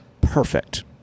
perfect